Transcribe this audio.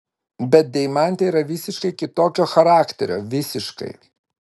bet deimantė yra visiškai kitokio charakterio visiškai